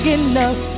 enough